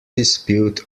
dispute